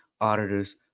auditors